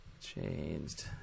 changed